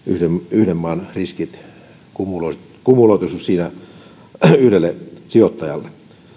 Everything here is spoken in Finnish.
yhden maan riskit kumuloituisi kumuloituisi siinä yhdelle sijoittajalle